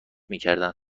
میکردن